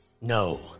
No